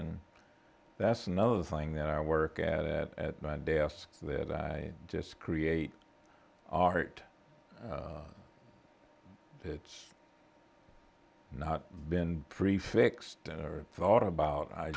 and that's another thing that i work at it at my desk so that i just create art it's not been prefixed or thought about